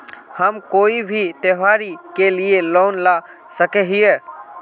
हम कोई भी त्योहारी के लिए लोन ला सके हिये?